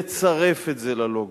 לצרף את זה ללוגו.